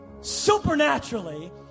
Supernaturally